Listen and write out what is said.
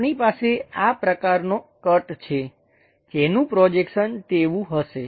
આપણી પાસે આ પ્રકારનો કટ છે જેનું પ્રોજેક્શન તેવું હશે